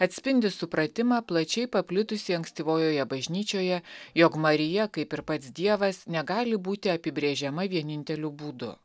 atspindi supratimą plačiai paplitusį ankstyvojoje bažnyčioje jog marija kaip ir pats dievas negali būti apibrėžiama vieninteliu būdu